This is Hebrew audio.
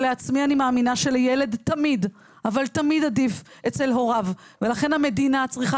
כשלעצמי אני מאמינה שלילד תמיד עדיף אצל הוריו ולכן המדינה צריכה